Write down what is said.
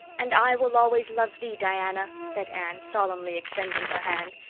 and i will always love thee, diana, said anne, solemnly extending her hand.